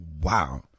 Wow